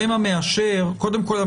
קודם כול,